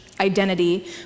Identity